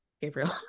Gabriel